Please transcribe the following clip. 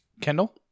Kendall